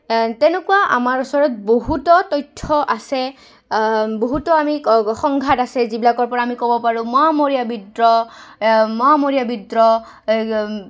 তেনেকুৱা আমাৰ ওচৰত বহুতো তথ্য আছে বহুতো আমি সংঘাত আছে যিবিলাকৰপৰা আমি ক'ব পাৰোঁ মোৱামৰীয়া বিদ্ৰোহ মোৱামৰীয়া বিদ্ৰোহ